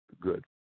good